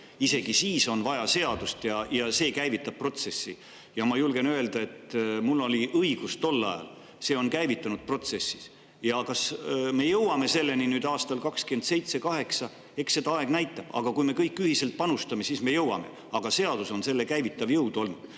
on vaja seadust, ja see käivitab protsessi. Ja ma julgen öelda, et mul oli õigus tol ajal, see on käivitanud protsessi. Kas me jõuame selleni aastal 2027, 2028, eks seda näitab aeg, aga kui me kõik ühiselt panustame, siis me jõuame. Aga selle käivitav jõud on